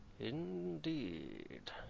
Indeed